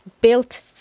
built